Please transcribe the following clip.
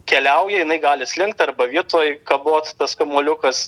keliauja jinai gali slinkt arba vietoj kabot tas kamuoliukas